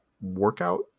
workout